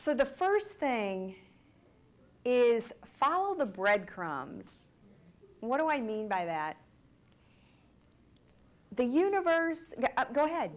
for the first thing is follow the bread crumbs what do i mean by that the universe go ahead